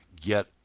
get